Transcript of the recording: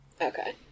Okay